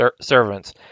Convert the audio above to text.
servants